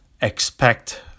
expect